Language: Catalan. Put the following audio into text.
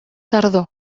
tardor